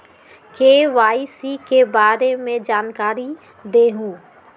KYC के बारे में जानकारी दहु?